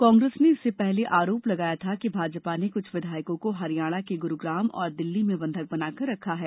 कांग्रेस ने इससे पहले आरोप लगाया था कि भाजपा ने कुछ विधायकों को हरियाणा के गुरुग्राम और दिल्ली में बंधक बनाकर रखा है